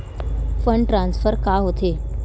Fund transfer का होथे?